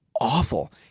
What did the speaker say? awful